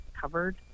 covered